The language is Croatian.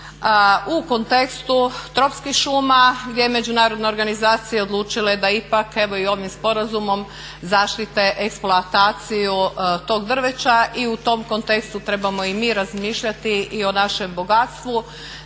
U kontekstu tropskih šuma gdje je međunarodna organizacija odlučila da ipak evo i ovim sporazumom zaštite eksploataciju tog drveća i u tom kontekstu trebamo i mi razmišljati i o našem bogatstvu,